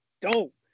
dope